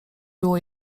było